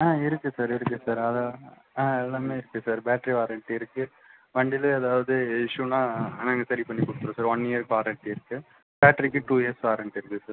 ஆ இருக்குது சார் இருக்குது சார் அதான் ஆ எல்லாமே இருக்குது சார் பேட்ரி வாரண்ட்டி இருக்குது வண்டிலேயே ஏதாவது இஷ்யூனா நாங்கள் சரி பண்ணி கொடுத்துருவோம் சார் ஒன் இயருக்கு வாரண்ட்டி இருக்குது பேட்ரிக்கு டூ இயர்ஸ் வாரண்ட்டி இருக்குது சார்